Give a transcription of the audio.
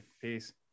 peace